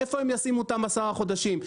איפה הם ישימו אותן עשרה חודשים?